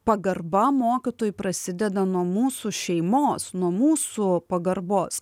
pagarba mokytojui prasideda nuo mūsų šeimos nuo mūsų pagarbos